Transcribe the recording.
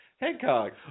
Hancock